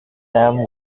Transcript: sam